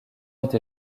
été